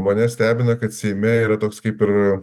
mane stebina kad seime yra toks kaip ir